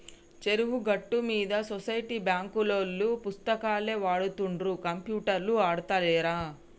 చెరువు గట్టు మీద సొసైటీ బాంకులోల్లు పుస్తకాలే వాడుతుండ్ర కంప్యూటర్లు ఆడుతాలేరా